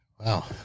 Wow